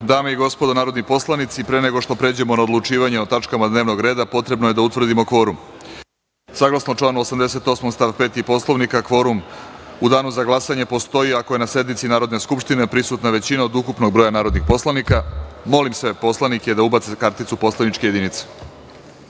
dame i gospodo narodni poslanici, pre nego što pređemo na odlučivanje o tačkama dnevnog reda potrebno je da utvrdimo kvorum. Saglasno članu 88. stav 5. Poslovnika kvorum u danu za glasanje postoji, ako je na sednici Narodne skupštine prisutna većina od ukupnog broja narodnih poslanika. Molim sve narodne poslanike da ubace kartice u poslaničke